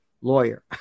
lawyer